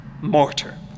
mortar